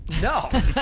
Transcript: No